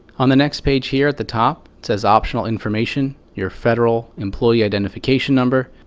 on the next page here at the top, it says optional information your federal employee identification number,